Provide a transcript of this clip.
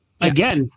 again